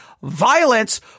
violence